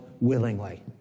willingly